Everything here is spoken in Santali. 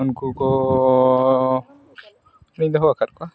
ᱩᱱᱠᱩ ᱠᱚᱻ ᱞᱤᱧ ᱫᱚᱦᱚ ᱟᱠᱟᱫ ᱠᱚᱣᱟ